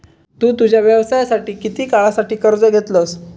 तु तुझ्या व्यवसायासाठी किती काळासाठी कर्ज घेतलंस?